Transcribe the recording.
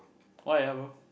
why ah bro